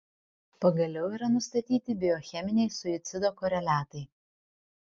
pagaliau yra nustatyti biocheminiai suicido koreliatai